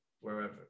wherever